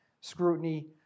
scrutiny